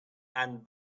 and